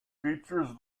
features